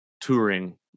touring